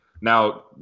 Now